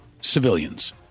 civilians